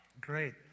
Great